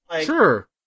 Sure